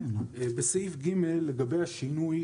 בסעיף (ג), לגבי השינוי